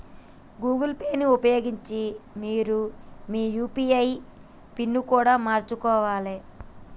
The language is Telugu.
గూగుల్ పే ని ఉపయోగించి మీరు మీ యూ.పీ.ఐ పిన్ని కూడా మార్చుకోవాలే